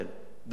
דתיים,